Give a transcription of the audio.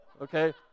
okay